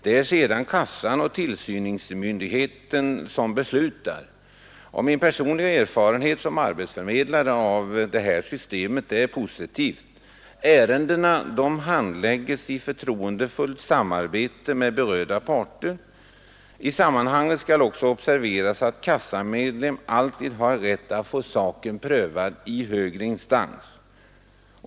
Det är sedan kassan och tillsynsmyndigheten som beslutar. Den personliga erfarenhet jag som arbetsförmedlare har av detta system är positiv. Ärendena handläggs i förtroendefullt samarbete mellan berörda parter. I sammanhanget skall också observeras att kassamedlem alltid har rätt att få sin sak prövad i högre instans.